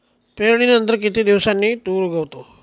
पेरणीनंतर किती दिवसांनी तूर उगवतो?